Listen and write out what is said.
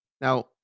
Now